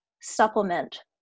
supplement